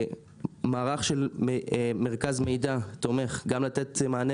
מערך של מרכז מידע תומך גם לתת מענה